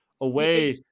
away